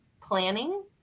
planning